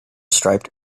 striped